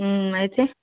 అయితే